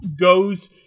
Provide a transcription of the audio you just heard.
goes